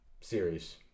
series